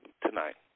tonight